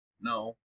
no